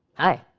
hi,